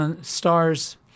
stars